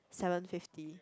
seven fifty